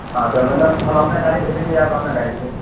ہاں تو مطلب ہم اپنا گاڑی بھیجیں گے یا آپ اپنا گاڑی سے